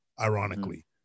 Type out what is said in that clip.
ironically